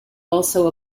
also